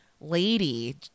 lady